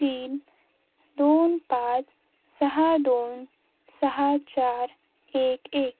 तीन दोन पाच सहा दोन सहा चार एक एक